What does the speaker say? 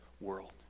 world